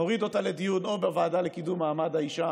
נוריד אותה לדיון או בוועדה לקידום מעמד האישה